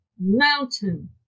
mountain